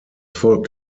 folgt